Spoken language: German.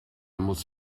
muss